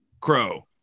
Crow